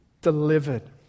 delivered